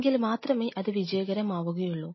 എങ്കിൽ മാത്രമേ അത് വിജയകരമാവുകയുള്ളൂ